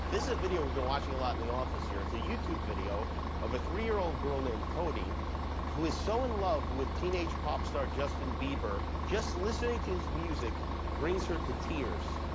this is a video we've been watching a lot in the office here. it's a youtube video of a three-year-old old girl named cody who is so in love with teenage pop star, justin bieber, just listening to his music brings her to tears.